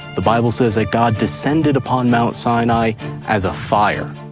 the bible says that god descended upon mount sinai as a fire.